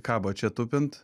kabo čia tupiant